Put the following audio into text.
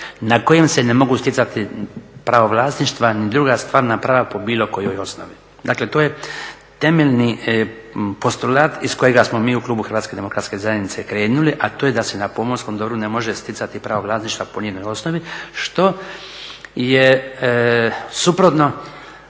na kojim se ne mogu stjecati pravo vlasništva ni druga stvarna prava po bilo kojoj osnovi. Dakle, to je temeljni … iz kojega smo mi u klubu HDZ-a krenuli, a to je da se na pomorskom dobru ne može stjecati pravo vlasništva po njenoj osnovi što je suprotno